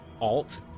alt